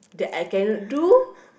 that I cannot do